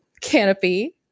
Canopy